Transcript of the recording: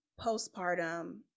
postpartum